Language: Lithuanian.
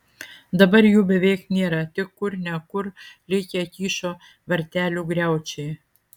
dabar jų beveik nėra tik kur ne kur likę kyšo vartelių griaučiai